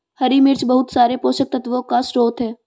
हरी मिर्च बहुत सारे पोषक तत्वों का स्रोत है